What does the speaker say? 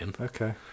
Okay